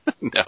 No